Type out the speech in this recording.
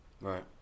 Right